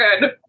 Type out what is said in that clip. good